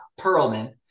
Perlman